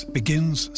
begins